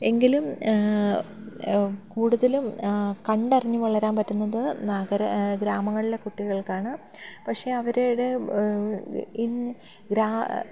എങ്കിലും കൂടുതലും കണ്ടറിഞ്ഞു വളരാൻ പറ്റുന്നത് നഗര ഗ്രാമങ്ങളിലെ കുട്ടികൾക്കാണ് പക്ഷേ അവരുടെ